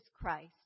Christ